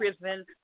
prison